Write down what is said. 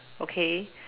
okay